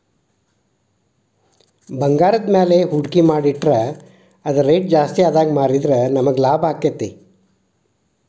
ಭಂಗಾರದ್ಮ್ಯಾಲೆ ಹೂಡ್ಕಿ ಮಾಡಿಟ್ರ ಅದರ್ ರೆಟ್ ಜಾಸ್ತಿಆದಾಗ್ ಮಾರಿದ್ರ ನಮಗ್ ಲಾಭಾಕ್ತೇತಿ